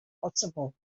possible